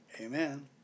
Amen